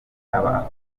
aba